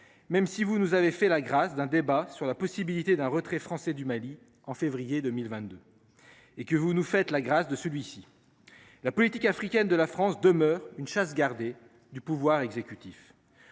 même si vous nous avez fait la grâce d'un débat sur la possibilité d'un retrait français du Mali. En février 2022. Et que vous nous fait la grâce de celui-ci. La politique africaine de la France demeure une chasse gardée du pouvoir exécutif.